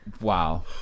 wow